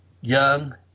young